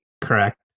Correct